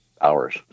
hours